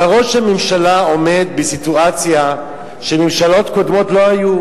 אבל ראש הממשלה עומד בסיטואציה שממשלות קודמות לא היו,